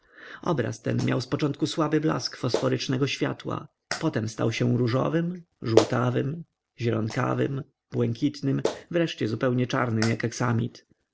obraz ten miał zpoczątku słaby blask fosforycznego światła potem stał się różowym żółtawym zielonawym błękitnym wreszcie zupełnie czarnym jak